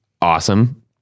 awesome